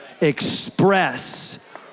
express